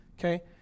Okay